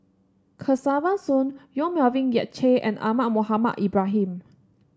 Kesavan Soon Yong Melvin Yik Chye and Ahmad Mohamed Ibrahim